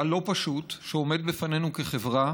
הלא-פשוט, שעומד בפנינו כחברה,